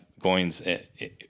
Goins